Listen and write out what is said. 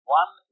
one